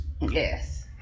Yes